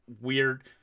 weird